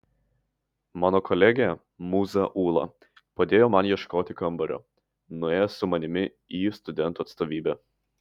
mano kolegė mūza ūla padėjo man ieškoti kambario nuėjo su manimi į studentų atstovybę